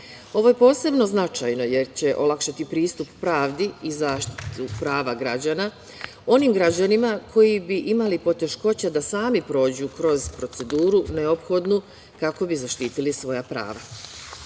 Ovo je posebno značajno jer će olakšati pristup pravdi i zaštitu prava građana onim građanima koji bi imali poteškoća da sami prođu kroz proceduru neophodnu kako bi zaštitili svoja